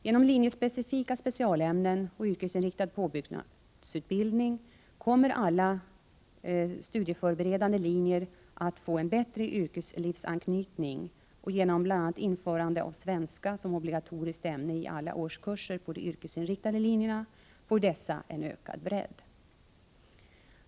Genom linjespecifika specialämnen och yrkesinriktad påbyggnadsutbildning kommer alla studieförberedande linjer att få en bättre yrkeslivsanknytning, och genom bl.a. införandet av svenska som obligatoriskt ämne i alla årskurser på de yrkesinriktade linjerna får dessa en ökad bredd.